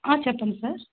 చెప్పండి సార్